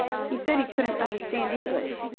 he said he couldn't understand english.